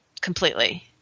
completely